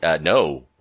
No